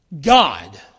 God